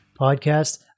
Podcast